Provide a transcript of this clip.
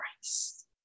Christ